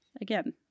Again